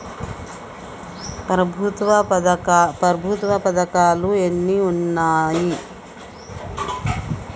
ప్రభుత్వ పథకాలు ఎన్ని ఉన్నాయి?